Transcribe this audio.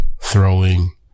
throwing